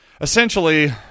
Essentially